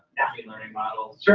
learning models